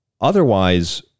Otherwise